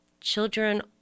children